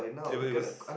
it was was